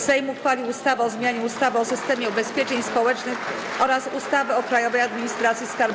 Sejm uchwalił ustawę o zmianie ustawy o systemie ubezpieczeń społecznych oraz ustawy o Krajowej Administracji Skarbowej.